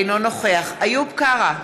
אינו נוכח איוב קרא,